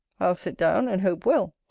i'll sit down and hope well,